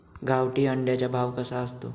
गावठी अंड्याचा भाव कसा असतो?